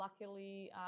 luckily